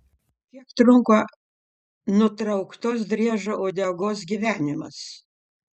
kiek trunka nutrauktos driežo uodegos gyvenimas